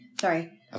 sorry